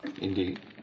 Indeed